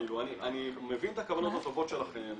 אני מבין את הכוונות הטובות שלכם,